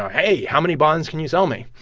hey. how many bonds can you sell me?